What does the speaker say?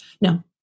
No